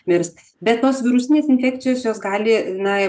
mirs bet tos virusinės infekcijos jos gali na